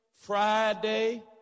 Friday